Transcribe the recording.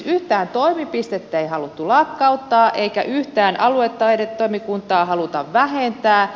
yhtään toimipistettä ei haluttu lakkauttaa eikä yhtään aluetaidetoimikuntaa haluta vähentää